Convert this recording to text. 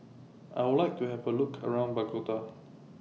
I Would like to Have A Look around Bogota